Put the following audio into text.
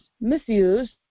misused